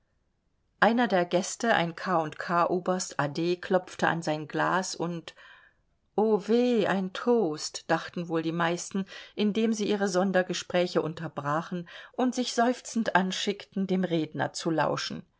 einer der gäste ein k u k oberst a d klopfte an sein glas und oh weh ein toast dachten wohl die meisten indem sie ihre sondergespräche unterbrachen und sich seufzend anschickten dem redner zu lauschen